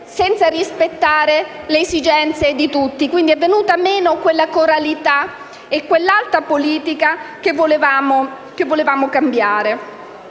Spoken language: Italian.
senza rispettare le esigenze di tutti. Sono quindi venute meno quella coralità e quell'alta politica che volevamo cambiare.